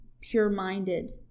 pure-minded